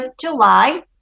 July